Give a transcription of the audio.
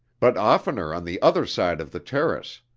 but oftener on the other side of the terrace.